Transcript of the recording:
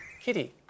Kitty